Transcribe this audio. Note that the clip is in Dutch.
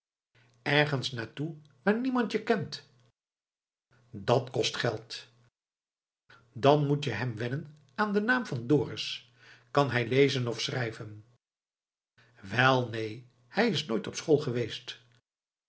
ergens naar toe waar niemand je kent dat kost geld dan moet je hem wennen aan den naam van dorus kan hij lezen of schrijven wel neen hij is nooit op school geweest